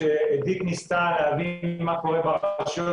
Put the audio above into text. כשאדית ניסתה להבין מה קורה ברשויות